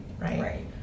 right